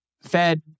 Fed